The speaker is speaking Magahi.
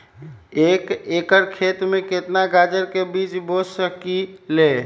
एक एकर खेत में केतना गाजर के बीज बो सकीं ले?